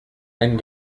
ein